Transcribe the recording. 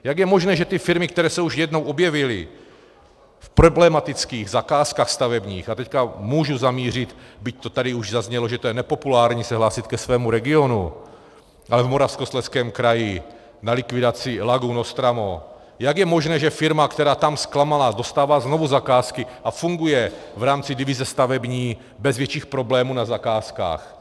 Jak je možné, že ty firmy, které se už jednou objevily v problematických stavebních zakázkách, a teď můžu zamířit, byť to tady už zaznělo, že to je nepopulární se hlásit ke svému regionu, ale v Moravskoslezském kraji na likvidaci lagun Ostramo, jak je možné, že firma, která tam zklamala, dostává znovu zakázky a funguje v rámci divize stavební bez větších problémů na zakázkách?